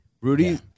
Rudy